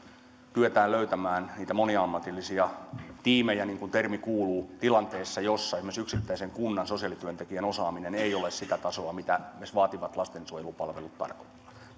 kyetään löytämään niitä moniammatillisia tiimejä niin kuin termi kuuluu tilanteessa jossa esimerkiksi yksittäisen kunnan sosiaalityöntekijän osaaminen ei ole sitä tasoa mitä esimerkiksi vaativat lastensuojelupalvelut tarkoittavat